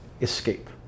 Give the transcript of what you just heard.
escape